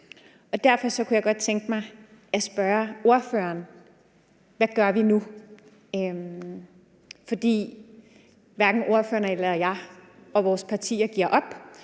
Derfor kunne jeg godt tænke mig at spørge ordføreren: Hvad gør vi nu? Hverken ordføreren eller jeg eller vores partier giver op,